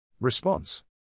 Response